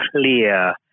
clear